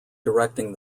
directing